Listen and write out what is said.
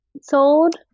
sold